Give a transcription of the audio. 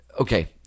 Okay